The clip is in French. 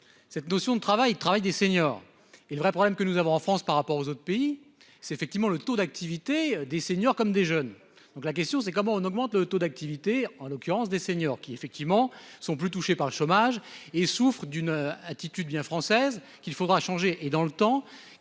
Cette notion de travail travail des seniors et le vrai problème que nous avons en France par rapport aux autres pays, c'est effectivement le taux d'activité des seniors comme des jeunes. Donc la question c'est comment on augmente le taux d'activité en l'occurrence des seniors qui effectivement sont plus touchées par le chômage et souffrent d'une attitude bien française, qu'il faudra changer et dans le temps